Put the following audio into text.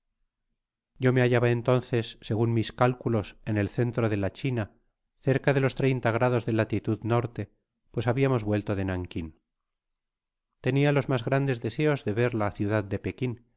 yo me hallaba entonces segun mis cálculos en el entro de la china cerca de los treinta grados de latitud norte pues habiamos vuelto de nankin tenia los mas grandes deseos de ver la ciudad de pekin